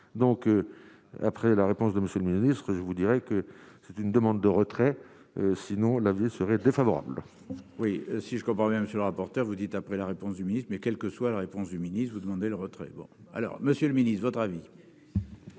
donc après la réponse de monsieur le ministre, je vous dirais que c'est une demande de retrait, sinon la vie serait défavorable. Oui, si je comprends bien, monsieur le rapporteur, vous dites après la réponse du ministre, mais quelle que soit la réponse du ministre ou demander le retrait bon alors Monsieur le Ministre votre avis.